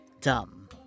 Dumb